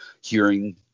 hearing